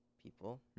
people